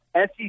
SEC